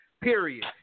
period